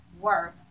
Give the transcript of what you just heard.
worth